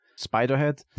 spiderhead